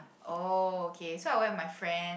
oh okay so I went with my friend